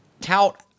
tout